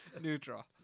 neutral